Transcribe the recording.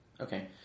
okay